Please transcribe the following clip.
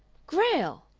grail!